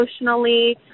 emotionally